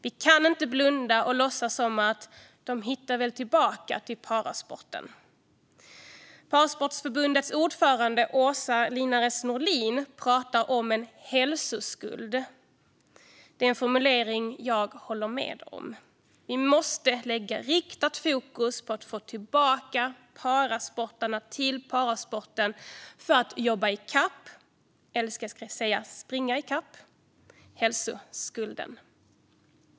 Vi kan inte blunda och låtsas som att de nog hittar tillbaka till parasporten. Parasportförbundets ordförande Åsa Llinares Norlin pratar om en hälsoskuld, och det är en formulering jag håller med om. Vi måste lägga riktat fokus på att få tillbaka parasportarna till parasporten för att jobba, eller ska jag säga springa, i kapp hälsoskulden.